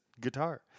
guitar